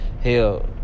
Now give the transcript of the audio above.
hell